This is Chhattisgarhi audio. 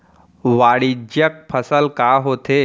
वाणिज्यिक फसल का होथे?